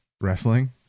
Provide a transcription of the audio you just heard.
wrestling